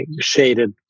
shaded